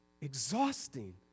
exhausting